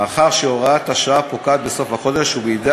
מאחר שהוראת השעה פוקעת בסוף החודש ובידי